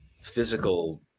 physical